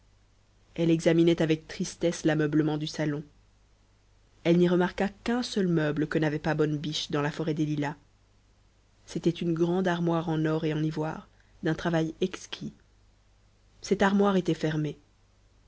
elle examinait avec tristesse l'ameublement du salon elle n'y remarqua qu'un seul meuble que n'avait pas bonne biche dans la forêt des lilas c'était une grande armoire en or et en ivoire d'un travail exquis cette armoire était fermée